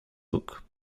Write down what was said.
book